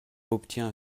obtient